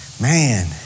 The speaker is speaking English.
man